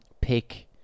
pick